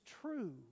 true